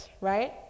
right